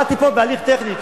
אל תיפול בהליך טכני.